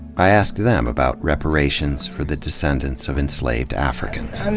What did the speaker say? i asked them about reparations for the descendants of enslaved africans.